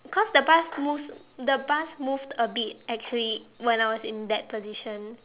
because the bus moves the bus moved a bit actually when I was in that position